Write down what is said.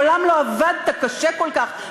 מעולם לא עבדת קשה כל כך,